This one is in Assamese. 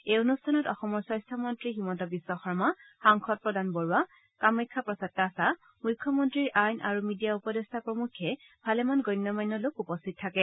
এই অনুষ্ঠানত অসমৰ স্বাস্থ্য মন্ত্ৰী হিমন্ত বিশ্ব শৰ্মা সাংসদ প্ৰদান বৰুৱা কামাখ্যা প্ৰসাদ তাছা মুখ্যমন্ত্ৰীৰ আইন আৰু মিডিয়া উপদেষ্টা প্ৰমুখ্যে ভালেমান গণ্য মান্য লোক উপস্থিত থাকে